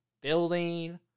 building